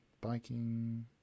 Biking